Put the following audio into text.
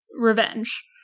revenge